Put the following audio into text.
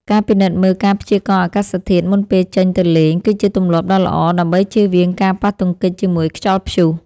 ការពិនិត្យមើលការព្យាករណ៍អាកាសធាតុមុនពេលចេញទៅលេង គឺជាទម្លាប់ដ៏ល្អដើម្បីជៀសវាងការប៉ះទង្គិចជាមួយខ្យល់ព្យុះ។